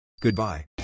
Goodbye